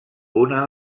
una